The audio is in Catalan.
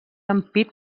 ampit